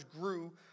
grew